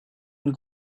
and